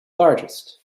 largest